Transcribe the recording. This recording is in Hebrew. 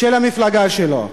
של המפלגה שלו.